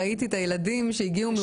ראיתי את הילדים שהגיעו מאוקראינה